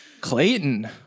Clayton